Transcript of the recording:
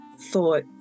thought